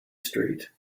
street